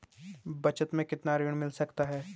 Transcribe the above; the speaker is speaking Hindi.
बचत मैं कितना ऋण मिल सकता है?